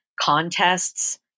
contests